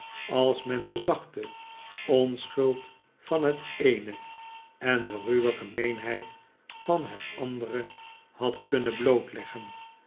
als men de zachte onschuld van net eene en de ruwe gemeenheid van het andere had kunnen blootleggen